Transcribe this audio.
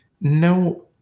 no